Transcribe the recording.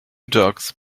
dogs